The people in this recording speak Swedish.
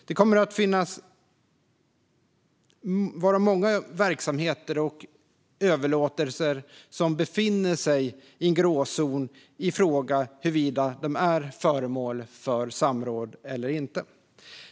Det kommer att vara många verksamheter och överlåtelser som befinner sig i en gråzon när det gäller huruvida de är föremål för samråd eller inte.